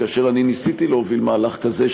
כאשר אני ניסיתי להוביל מהלך כזה,